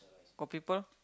got people